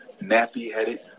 nappy-headed